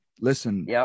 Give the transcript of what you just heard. listen